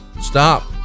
Stop